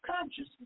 consciousness